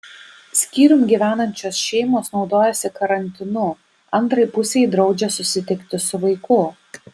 skyrium gyvenančios šeimos naudojasi karantinu antrai pusei draudžia susitikti su vaiku